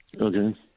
Okay